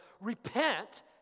repent